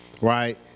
right